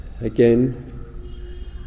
Again